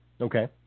Okay